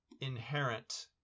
inherent